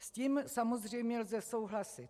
S tím samozřejmě lze souhlasit.